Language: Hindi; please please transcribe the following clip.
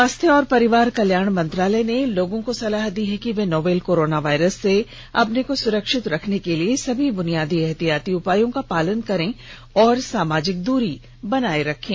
स्वास्थ्य और परिवार कल्याण मंत्रालय ने लोगों को सलाह दी है कि वे नोवल कोरोना वायरस से अपने को सुरक्षित रखने के लिए सभी बुनियादी एहतियाती उपायों का पालन करें और सामाजिक दूरी बनाए रखें